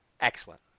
Excellent